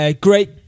Great